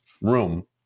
room